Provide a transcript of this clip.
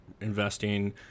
investing